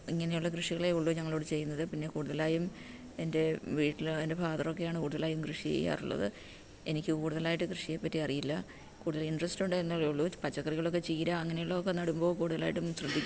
ഇങ്ങനെയുള്ള കൃഷികളേ ഉള്ളൂ ഞങ്ങൾ ഇവിടെ ചെയ്യുന്നത് പിന്നെ കൂടുതലായും എൻ്റെ വീട്ടിൽ എൻ്റെ ഫാദർ ഒക്കെയാണ് കൂടുതലായും കൃഷി ചെയ്യാറുള്ളത് എനിക്ക് കൂടുതലായിട്ട് കൃഷിയെ പറ്റി അറിയില്ല കൂടുതൽ ഇൻട്രസ്റ്റ് ഉണ്ട് എന്നെ ഉള്ളൂ പച്ചക്കറികളൊക്കെ ചീര അങ്ങനെയുള്ള ഒക്കെ നടുമ്പോൾ കൂടുതലായിട്ടും ശ്രദ്ധിക്കും